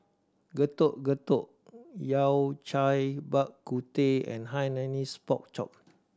Getuk Getuk Yao Cai Bak Kut Teh and Hainanese Pork Chop